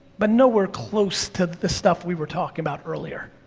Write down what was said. but nowhere close to the stuff we were talking about earlier.